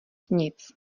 nic